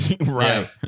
Right